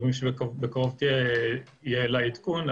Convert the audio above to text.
אומרים שבקרוב יהיה לה עדכון,